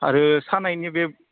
आरो सानायनि बे